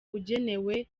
ugenewe